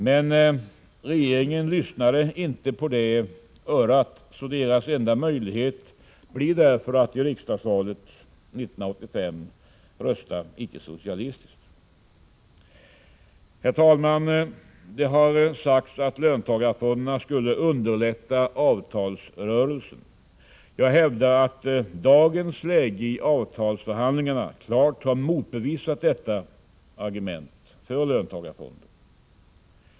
Men regeringen lyssnade inte på det örat, och deras enda möjlighet blir därför att i riksdagsvalet 1985 rösta icke-socialistiskt. Herr talman! Det har sagts att löntagarfonderna skulle underlätta avtalsrörelsen. Jag hävdar att dagens läge i avtalsförhandlingarna klart har motbevisat detta argument för löntagarfonder.